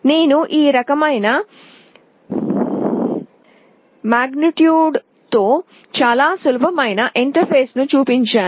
నేను ఈ రకమైన మాడ్యూల్తో చాలా సులభమైన ఇంటర్ఫేస్ను చూపించాను